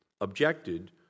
objected